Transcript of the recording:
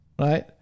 right